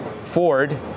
Ford